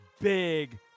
big